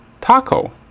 Taco